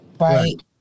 Right